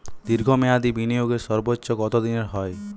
দীর্ঘ মেয়াদি বিনিয়োগের সর্বোচ্চ কত দিনের হয়?